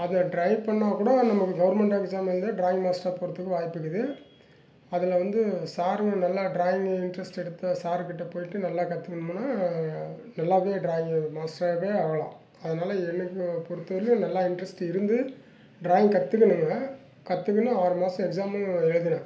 அதை ட்ரை பண்ணிணா கூட நமக்கு கவுர்மண்ட் எக்ஸாம் எழுத டிராயிங் மாஸ்டராக போவதுக்கு வாய்ப்பு இருக்குது அதில் வந்து சார் நல்லா டிராயிங் இன்ட்ரஸ்ட் எடுத்து சார் கிட்டே போய்விட்டு நல்லா கற்றுக்கணும்னா நல்லாவே ட்ராயிங் மாஸ்டராகவே ஆகலாம் அதனால் எனக்கு பொறுத்தவரையும் நல்லா இன்ட்ரஸ்ட் இருந்து டிராயிங் கற்றுக்கின்னிங்கனா கற்றுக்குன்னு ஆறு மாதம் எக்ஸாமு எழுதலாம்